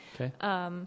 Okay